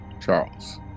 Charles